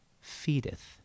feedeth